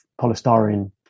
polystyrene